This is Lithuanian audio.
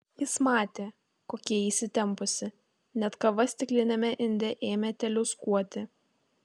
jis matė kokia ji įsitempusi net kava stikliniame inde ėmė teliūskuoti